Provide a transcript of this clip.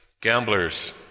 gamblers